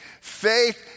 Faith